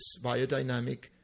biodynamic